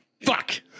Fuck